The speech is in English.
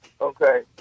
okay